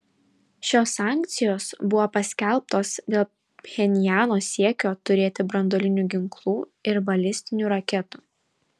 šios sankcijos buvo paskelbtos dėl pchenjano siekio turėti branduolinių ginklų ir balistinių raketų